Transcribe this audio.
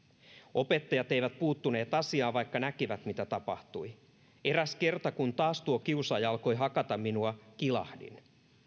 opettajat eivät puuttuneet asiaan vaikka näkivät mitä tapahtui eräs kerta kun taas tuo kiusaaja alkoi hakata minua kilahdin